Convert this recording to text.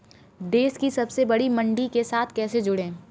देश की सबसे बड़ी मंडी के साथ कैसे जुड़ें?